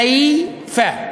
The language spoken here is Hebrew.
"ח'ייפה"